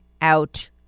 out